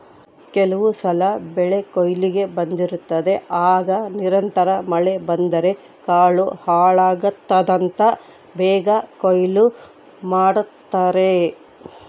ಕೆಲವುಸಲ ಬೆಳೆಕೊಯ್ಲಿಗೆ ಬಂದಿರುತ್ತದೆ ಆಗ ನಿರಂತರ ಮಳೆ ಬಂದರೆ ಕಾಳು ಹಾಳಾಗ್ತದಂತ ಬೇಗ ಕೊಯ್ಲು ಮಾಡ್ತಾರೆ